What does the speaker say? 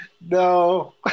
No